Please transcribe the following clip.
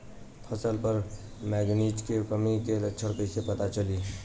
फसल पर मैगनीज के कमी के लक्षण कईसे पता चली?